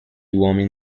uomini